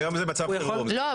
היום זה מצב חירום.